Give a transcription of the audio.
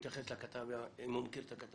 שיתייחס לכתבה אם הוא מכיר את הכתבה,